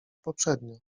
poprzednio